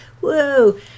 whoa